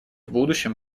будущем